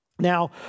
Now